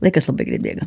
laikas labai greit bėga